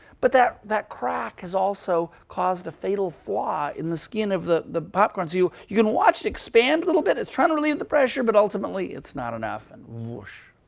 but that that crack has also caused a fatal flaw in the skin of the the popcorn. so you you can watch it expand a little bit. it's trying to relieve the pressure. but ultimately it's not enough, and woosh.